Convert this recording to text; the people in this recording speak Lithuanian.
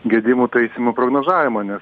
gedimų taisymų prognozavimą nes